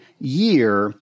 year